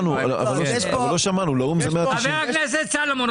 בבקשה, חבר הכנסת סולומון.